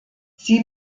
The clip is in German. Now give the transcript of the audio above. sie